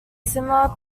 similar